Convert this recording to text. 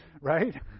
Right